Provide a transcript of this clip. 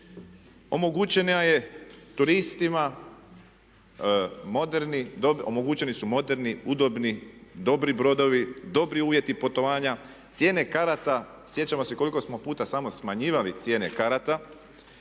Omogućena je turistima moderni, omogućeni su moderni, udobni, dobri brodovi, dobri uvjeti putovanja, cijene karata, sjećamo se koliko smo puta samo smanjivali cijene karata